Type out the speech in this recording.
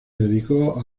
dedicó